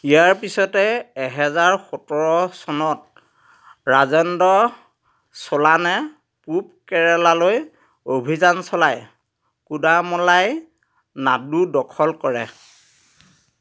ইয়াৰ পিছতে এহেজাৰ সোতৰ চনত ৰাজেন্দ্ৰ চোলানে পূব কেৰেলালৈ অভিযান চলাই কুডামলাই নাডু দখল কৰে